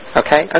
okay